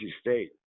State